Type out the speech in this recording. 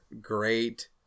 great